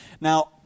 Now